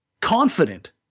confident